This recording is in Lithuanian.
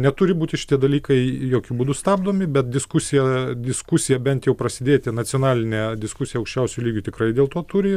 neturi būti šitie dalykai jokiu būdu stabdomi bet diskusija diskusija bent jau prasidėti nacionalinė diskusija aukščiausiu lygiu tikrai dėl to turi